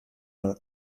nur